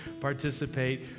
participate